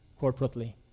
corporately